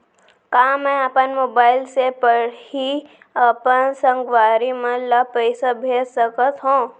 का मैं अपन मोबाइल से पड़ही अपन संगवारी मन ल पइसा भेज सकत हो?